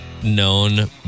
Known